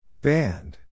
Band